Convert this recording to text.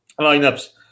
Lineups